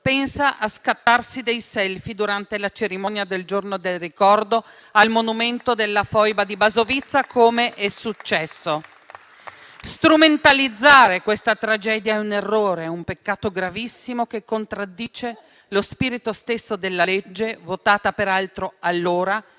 pensa a scattarsi dei *selfie* durante la cerimonia del Giorno del ricordo al monumento della foiba di Basovizza, com'è successo. Strumentalizzare questa tragedia è un errore, un peccato gravissimo che contraddice lo spirito stesso della legge, votata peraltro allora